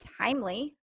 timely